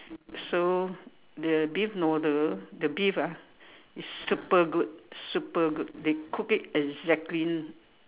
so the beef noodle the beef ah is super good super good they cook it exactly